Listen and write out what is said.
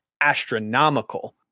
astronomical